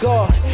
God